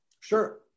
Sure